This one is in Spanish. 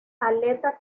aleta